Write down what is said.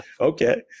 Okay